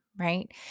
right